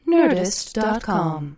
Nerdist.com